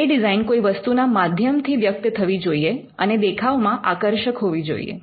એ design કોઈ વસ્તુ ના માધ્યમથી વ્યક્ત થવી જોઈએ અને દેખાવમાં આકર્ષક હોવી જોઈએ